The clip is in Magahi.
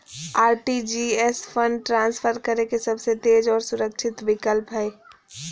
आर.टी.जी.एस फंड ट्रांसफर करे के सबसे तेज आर सुरक्षित विकल्प हय